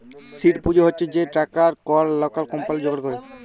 seed পুঁজি হছে সে টাকাট কল লকাল কম্পালি যোগাড় ক্যরে